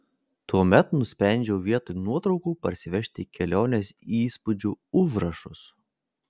tuomet nusprendžiau vietoj nuotraukų parsivežti kelionės įspūdžių užrašus